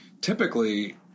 typically